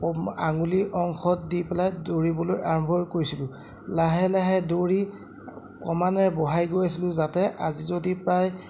আঙুলি অংশত দি পেলাই দৌৰিবলৈ আৰম্ভ কৰিছিলোঁ লাহে লাহে দৌৰি ক্ৰমান্বয়ে বঢ়াই গৈ আছিলোঁ যাতে আজি যদি প্ৰায়